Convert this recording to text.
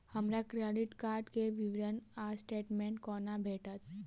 हमरा credit card केँ विवरण वा स्टेटमेंट कोना भेटत?